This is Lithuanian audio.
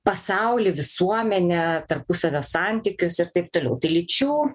pasaulį visuomenę tarpusavio santykius ir taip toliau lyčių